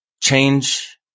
change